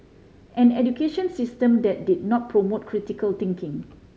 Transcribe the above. an education system that did not promote critical thinking